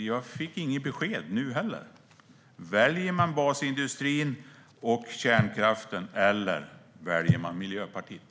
Jag fick inte något besked nu heller. Väljer man basindustrin och kärnkraften, eller väljer man Miljöpartiet?